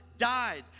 died